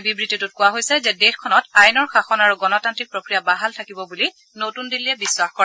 বিবৃতিটোত কোৱা হৈছে যে দেশখনত আইনৰ শাসন আৰু গণতান্ত্ৰিক প্ৰক্ৰিয়া বাহাল থাকিব বুলি নতুন দিল্লীয়ে বিশ্বাস কৰে